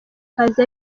kazi